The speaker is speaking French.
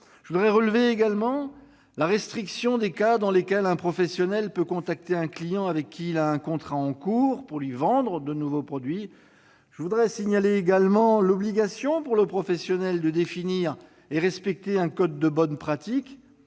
morale. Deuxièmement, la restriction des cas dans lesquels un professionnel peut contacter un client avec qui il a un contrat en cours pour lui vendre de nouveaux produits. Troisièmement, l'obligation pour le professionnel de définir et respecter un code de bonnes pratiques